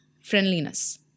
friendliness